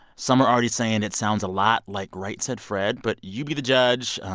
some are already saying it sounds a lot like right said fred. but you be the judge.